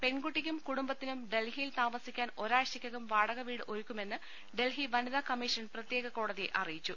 പെൺകുട്ടിക്കും കുടുംബത്തിനും ഡൽഹിയിൽ താമസിക്കാൻ ഒരാഴ്ചയ്ക്കകം വാടകവീട് ഒരുക്കു മെന്ന് ഡൽഹിയ വനിതാ കമ്മീഷൻ പ്രത്യേക കോടതിയെ അറി യിച്ചു